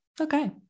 Okay